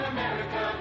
America